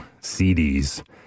CDs